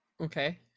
Okay